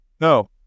no